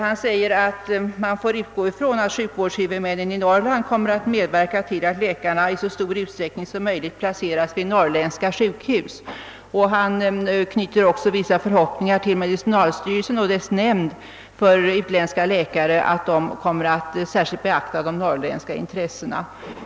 Han säger att man får utgå ifrån att sjukvårdshuvudmännen i Norrland kommer att medverka till att läkarna i så stor utsträckning som möjligt placeras vid norrländska sjukhus. Statsrådet knyter också vissa förhoppningar till att medicinalstyrelsen och dess nämnd för utländska läkare särskilt kommer att beakta de norrländska intressena.